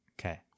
Okay